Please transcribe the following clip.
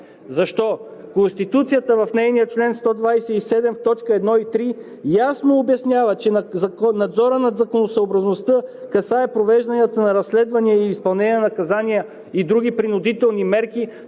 Защо? Конституцията – в нейния чл. 127, в т. 1 и 3 ясно обяснява, че надзорът над законосъобразността касае провежданията на разследвания, изпълненията на наказания и други принудителни мерки.